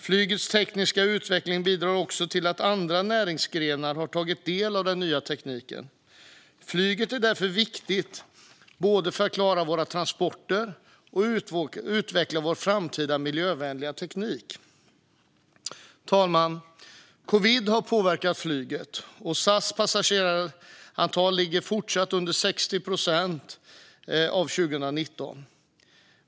Flygets tekniska utveckling bidrar också till att andra näringsgrenar har tagit del av den nya tekniken. Flyget är därför viktigt för att vi ska både klara våra transporter och utveckla framtidens miljövänliga teknik. Fru talman! Covid har påverkat flyget, och SAS passagerarantal fortsätter att ligga under 60 procent jämfört med 2019.